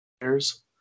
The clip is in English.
players